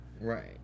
Right